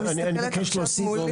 אני מסתכלת פה על הנתונים,